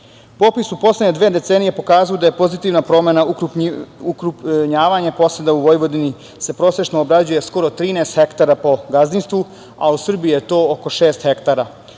u poslednje dve decenije pokazuje da je pozitivna promena ukrupnjavanje poseda u Vojvodini se prosečno obrađuje skoro 13 hektara po gazdinstvu, a u Srbiji je to oko šest hektara,